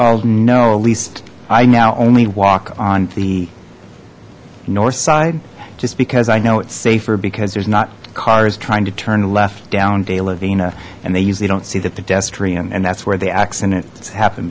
all know at least i now only walk on the north side just because i know it's safer because there's not cars trying to turn left down de la vina and they usually don't see that the des trium and that's where the accident happened